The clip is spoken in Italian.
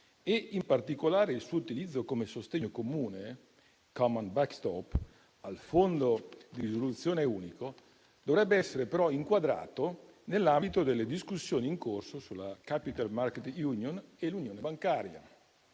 e, in particolare, il suo utilizzo come sostegno comune (*common backstop*) al fondo di risoluzione unico dovrebbe essere però inquadrato nell'ambito delle discussioni in corso sulla *capital markets union* e sull'unione bancaria.